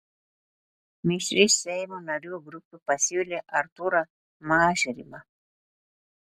mišri seimo narių grupė pasiūlė artūrą mažrimą